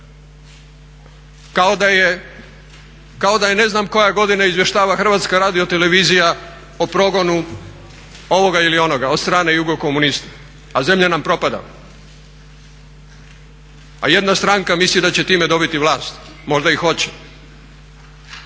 kao da je ne znam koja godina izvještava HRT o progonu ovoga ili onoga od strane jugo komunista, a zemlja nam propada. A jedna stranka misli da će time dobiti vlast, možda i hoće,